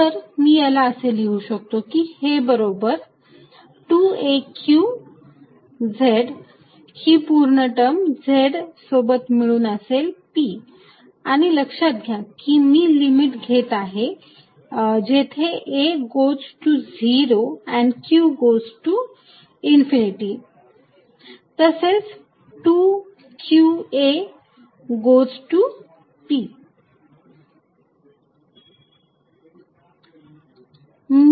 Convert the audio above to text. तर मी याला असे लिहू शकतो की हे बरोबर 2 a q z ही पूर्ण टर्म z सोबत मिळून असेल p आणि लक्षात घ्या कि मी लिमिट घेत आहे जेथे a गो ज टू 0 आणि q गोज टू इन्फिनिटी तसेच 2 q a goes to p